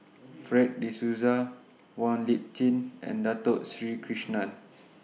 Fred De Souza Wong Lip Chin and Dato Sri Krishna